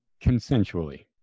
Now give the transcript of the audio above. consensually